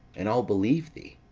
and i'll believe thee.